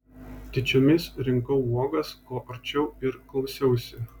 tyčiomis rinkau uogas kuo arčiau ir klausiausi